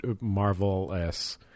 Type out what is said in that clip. marvelous